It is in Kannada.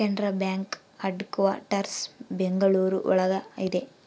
ಕೆನರಾ ಬ್ಯಾಂಕ್ ಹೆಡ್ಕ್ವಾಟರ್ಸ್ ಬೆಂಗಳೂರು ಒಳಗ ಇದೆ